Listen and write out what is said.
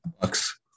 Bucks